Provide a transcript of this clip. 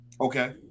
Okay